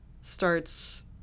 starts